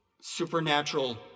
supernatural